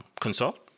consult